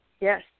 Yes